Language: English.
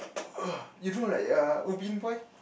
you know like err Ubin Boy